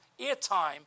airtime